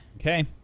okay